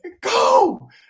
Go